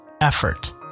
effort